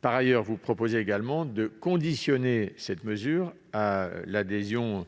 Par ailleurs, vous proposez également de conditionner cette mesure à l'adhésion